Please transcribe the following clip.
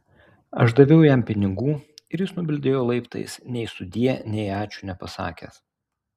aš daviau jam pinigų ir jis nubildėjo laiptais nei sudie nei ačiū nepasakęs